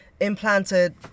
implanted